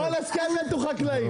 בכל הסכם חזרנו אחורה.